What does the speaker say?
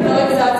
לא, לא.